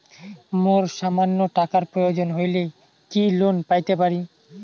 মোর সামান্য টাকার প্রয়োজন হইলে কি লোন পাইতে পারি?